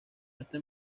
esto